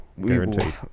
Guaranteed